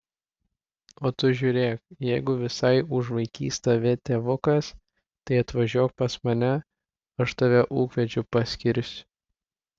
o tu žiūrėk jeigu visai užvaikys tave tėvukas tai atvažiuok pas mane aš tave ūkvedžiu paskirsiu